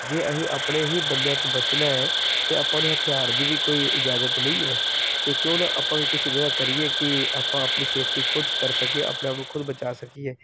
ਜੇ ਅਸੀਂ ਆਪਣੇ ਹੀ ਬੰਦਿਆਂ ਤੋਂ ਬਚਣਾ ਹੈ ਤਾਂ ਆਪਾਂ ਨੂੰ ਹਥਿਆਰ ਦੀ ਵੀ ਕੋਈ ਇਜਾਜ਼ਤ ਨਹੀਂ ਹੈ ਤਾਂ ਕਿਉਂ ਨਾ ਆਪਾਂ ਵੀ ਕੁਛ ਇੱਦਾਂ ਦਾ ਕਰੀਏ ਕਿ ਆਪਾਂ ਆਪਣੀ ਸੇਫਟੀ ਖੁਦ ਕਰ ਸਕੀਏ ਆਪਣੇ ਆਪ ਨੂੰ ਖੁਦ ਬਚਾ ਸਕੀਏ